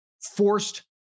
forced